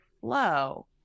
flow